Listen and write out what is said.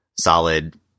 solid